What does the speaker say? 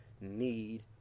need